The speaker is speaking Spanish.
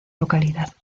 localidad